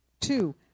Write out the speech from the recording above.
Two